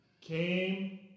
came